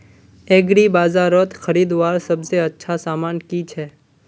एग्रीबाजारोत खरीदवार सबसे अच्छा सामान की छे?